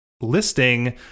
listing